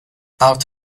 out